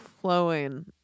Flowing